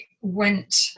went